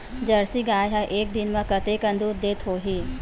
Jersey गाय ह एक दिन म कतेकन दूध देत होही?